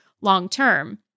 long-term